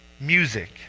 music